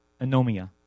anomia